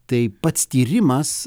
tai pats tyrimas